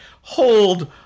Hold